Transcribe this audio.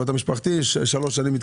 אנחנו מתקשקשים על זה פה מזה שלוש שנים,